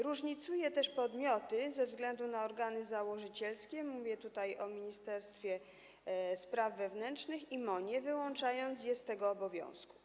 Różnicuje też podmioty ze względu na organy założycielskie, mówię tutaj o ministerstwie spraw wewnętrznych i MON-ie, wyłączając je z tego obowiązku.